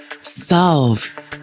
solve